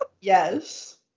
Yes